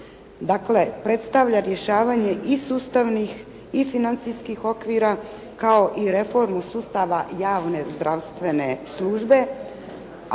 Dakle predstavlja rješavanje i sustavnih i financijskih okvira kao i reformu sustava javne zdravstvene službe,